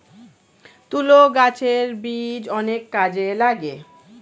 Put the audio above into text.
তুলো গাছের বীজ অনেক কাজে লাগে